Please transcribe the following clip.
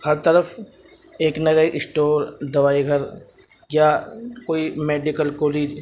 ہر طرف ایک نہ ایک اسٹور دوائی گھر یا کوئی میڈیکل کالج